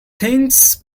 things